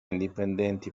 indipendenti